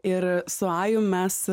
ir su ajum mes